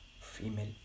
female